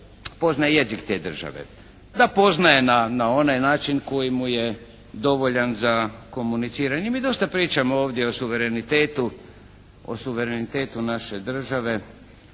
pozna jezik te države. Da poznaje na onaj način koji mu je dovoljan za komuniciranje. Mi dosta pričamo ovdje o suverenitetu naše države,